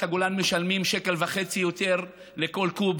הגולן משלמים שקל וחצי יותר לכל קוב,